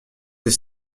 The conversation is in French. des